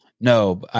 No